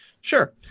Sure